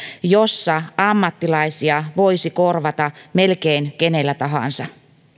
jossa ammattilaisia voisi korvata melkein kenellä tahansa